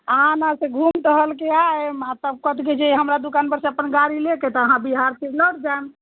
अहाँ ने से घुम टहलके आयम आ तब कथी कहैत छै हमरा दुकान पर से अपन गाड़ी लेके तऽ अहाँ बिहार फिर लौट जाएम